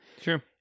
Sure